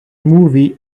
movie